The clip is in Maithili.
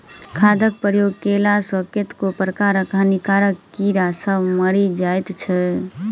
खादक प्रयोग कएला सॅ कतेको प्रकारक हानिकारक कीड़ी सभ मरि जाइत छै